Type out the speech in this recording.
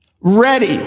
ready